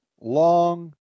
long